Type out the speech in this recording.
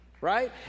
Right